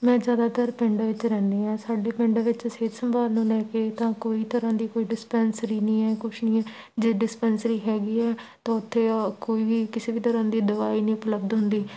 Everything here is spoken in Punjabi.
ਮੈਂ ਜ਼ਿਆਦਾਤਰ ਪਿੰਡ ਵਿੱਚ ਰਹਿੰਦੀ ਹਾਂ ਸਾਡੇ ਪਿੰਡ ਵਿੱਚ ਸਿਹਤ ਸੰਭਾਲ ਨੂੰ ਲੈ ਕੇ ਤਾਂ ਕੋਈ ਤਰ੍ਹਾਂ ਦੀ ਕੋਈ ਡਿਸਪੈਂਸਰੀ ਨਹੀਂ ਹੈ ਕੁਛ ਨਹੀਂ ਜੇ ਡਿਸਪੈਂਸਰੀ ਹੈਗੀ ਏ ਤਾਂ ਉੱਥੇ ਕੋਈ ਵੀ ਕਿਸੇ ਵੀ ਤਰ੍ਹਾਂ ਦੀ ਦਵਾਈ ਨਹੀਂ ਉਪਲਬਧ ਹੁੰਦੀ